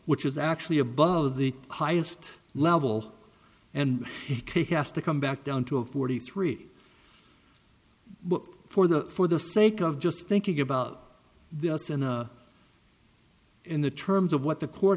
which is actually above the highest level and kay has to come back down to a forty three books for the for the sake of just thinking about the us and in the terms of what the court